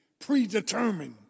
predetermined